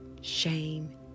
shame